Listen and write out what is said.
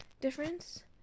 difference